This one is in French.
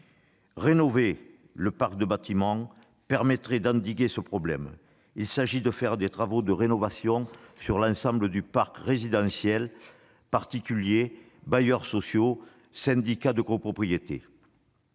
Rénover le parc des bâtiments permettrait d'endiguer ce problème : il s'agit de faire des travaux de rénovation sur l'ensemble du parc résidentiel, qu'il relève de particuliers, de bailleurs sociaux ou de syndicats de copropriétés.